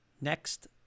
next